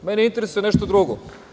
Mene interesuje nešto drugo.